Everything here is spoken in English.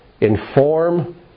inform